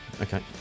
Okay